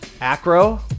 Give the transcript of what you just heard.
Acro